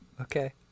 Okay